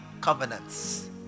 covenants